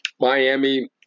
Miami